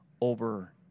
over